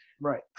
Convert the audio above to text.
right